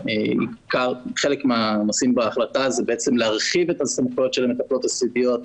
חלק מהנושאים בהחלטה הם להרחיב את הסמכויות של המטפלות הסיעודיות,